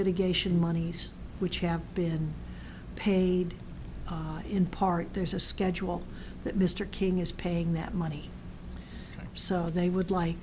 mitigation monies which have been paid in part there's a schedule that mr king is paying that money so they would like